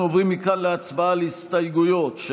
אנחנו עוברים מכאן להצבעה על ההסתייגויות של